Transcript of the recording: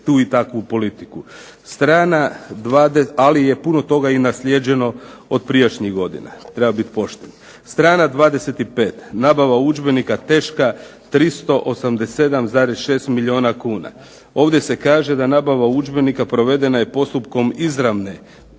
biti pošten. Strana 25. nabava udžbenika teška 387,6 milijuna kuna. Ovdje se kaže da nabava udžbenika provedena je postupkom izravne naglašavam